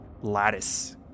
lattice